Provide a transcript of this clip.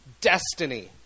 destiny